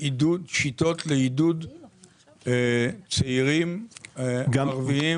שיטות לעידוד צעירים ערביים לעבור למקצועות האלה?